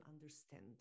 understand